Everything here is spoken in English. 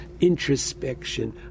introspection